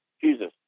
Jesus